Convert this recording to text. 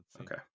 Okay